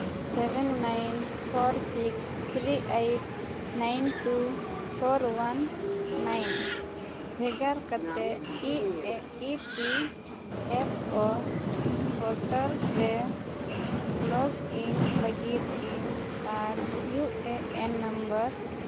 seven nine four six three eight nine two four one nine ᱵᱷᱮᱜᱟᱨ ᱠᱟᱛᱮᱫ E A E P F O portal ᱨᱮ log in ᱞᱟᱹᱜᱤᱫ ᱤᱧ ᱟᱨ U A N number